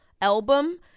album